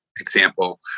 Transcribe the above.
Example